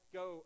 go